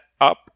up